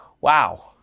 Wow